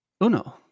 Uno